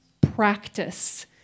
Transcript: practice